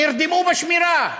נרדמו בשמירה,